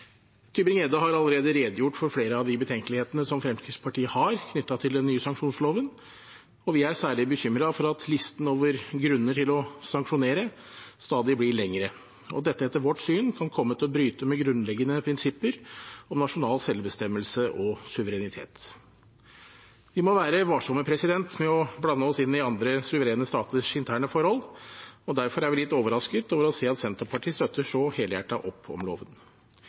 har allerede redegjort for flere av de betenkelighetene som Fremskrittspartiet har knyttet til den nye sanksjonsloven, og vi er særlig bekymret for at listen over grunner til å sanksjonere stadig blir lengre. Dette kan etter vårt syn komme til å bryte med grunnleggende prinsipper om nasjonal selvbestemmelse og suverenitet. Vi må være varsomme med å blande oss inn i andre suverene staters interne forhold, og derfor er vi litt overrasket over å se at Senterpartiet støtter så helhjertet opp om loven.